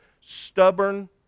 stubborn